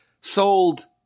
sold